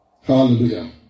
Hallelujah